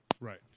Right